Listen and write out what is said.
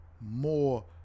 more